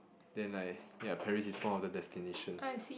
then like ya Paris is one of the destinations